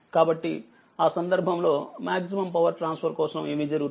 కాబట్టిఆ సందర్భంలో maximum power transfer కోసం ఏమి జరుగుతుంది